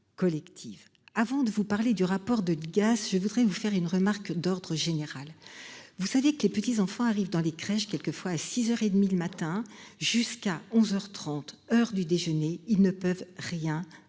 avant de vous parler du rapport de l'IGAS, je voudrais vous faire une remarque d'ordre général. Vous savez que les petits enfants arrivent dans les crèches quelquefois à 6h et demie le matin jusqu'à 11h 30, heure du déjeuner, ils ne peuvent rien manger